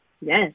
Yes